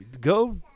go